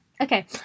okay